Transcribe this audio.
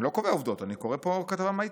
אני לא קובע עובדות, אני קורא כתבה מהעיתון.